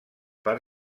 per